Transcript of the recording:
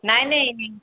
ନାହିଁ ନାହିଁ